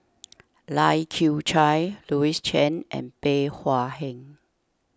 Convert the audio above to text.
Lai Kew Chai Louis Chen and Bey Hua Heng